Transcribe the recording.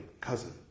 cousin